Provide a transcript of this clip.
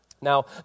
Now